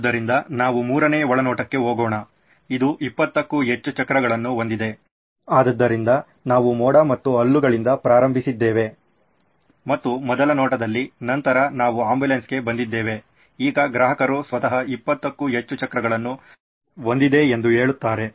ಆದ್ದರಿಂದ ನಾವು ಮೂರನೆಯ ಒಳನೋಟಕ್ಕೆ ಹೋಗೋಣ ಇದು 20 ಕ್ಕೂ ಹೆಚ್ಚು ಚಕ್ರಗಳನ್ನು ಹೊಂದಿದೆ ಆದ್ದರಿಂದ ನಾವು ಮೋಡ ಮತ್ತು ಹಲ್ಲುಗಳಿಂದ ಪ್ರಾರಂಭಿಸಿದ್ದೇವೆ ಮತ್ತು ಮೊದಲ ಒಳನೋಟದಲ್ಲಿ ನಂತರ ನಾವು ಆಂಬ್ಯುಲೆನ್ಸ್ಗೆ ಬಂದಿದ್ದೇವೆ ಈಗ ಗ್ರಾಹಕರು ಸ್ವತಃ 20 ಕ್ಕೂ ಹೆಚ್ಚು ಚಕ್ರಗಳನ್ನು ಹೊಂದಿದೆ ಎಂದು ಹೇಳುತ್ತಾರೆ